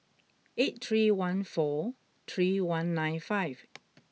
eight three one four three one nine five